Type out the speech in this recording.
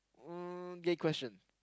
um gay question